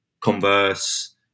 converse